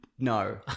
No